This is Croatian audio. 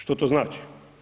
Što to znači?